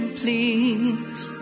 please